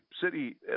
city